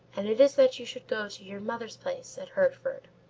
and it is that you should go to your mother's place at hertford.